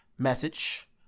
message